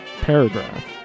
paragraph